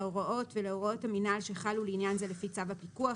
להוראות ולהוראות המינהל שחלו לעניין זה לפי צו הפיקוח,